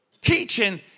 teaching